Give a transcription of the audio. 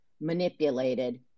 manipulated